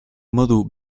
modu